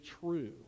true